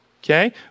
Okay